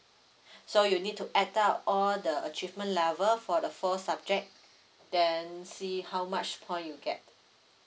so you need to add up all the achievement level for the four subject then see how much point you get